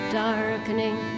darkening